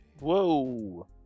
Whoa